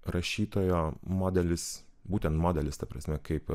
rašytojo modelis būtent modelis ta prasme kaip